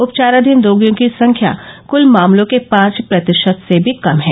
उपचाराधीन रोगियों की संख्या कृल मामलों के पांच प्रतिशत से भी कम है